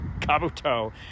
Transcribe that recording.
Kabuto